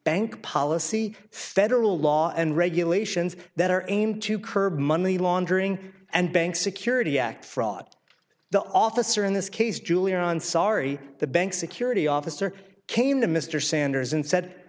bank policy federal law and regulations that are aimed to curb money laundering and bank security act fraud the officer in this case julian on sorry the bank security officer came to mr sanders and said